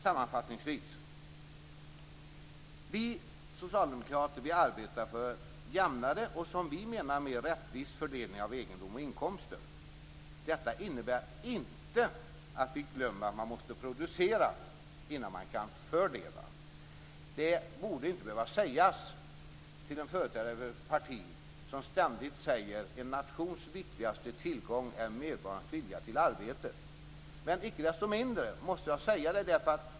Sammanfattningsvis: Vi socialdemokrater arbetar för en jämnare och, som vi menar, mer rättvis fördelning av egendom och inkomster. Detta innebär inte att vi glömmer att man måste producera innan man kan fördela. Detta borde inte behöva sägas av en företrädare för ett parti som anser att en nations viktigaste tillgång är medborgarnas vilja till arbete. Men icke desto mindre måste jag säga det.